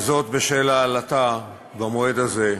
וזאת בשל העלאתה במועד הזה.